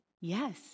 yes